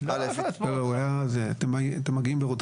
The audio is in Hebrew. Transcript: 330ט.(א)התקשרות של עירייה עם חברת